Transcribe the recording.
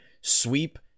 sweep